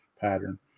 pattern